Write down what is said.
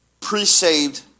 pre-saved